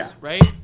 right